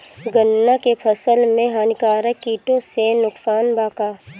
गन्ना के फसल मे हानिकारक किटो से नुकसान बा का?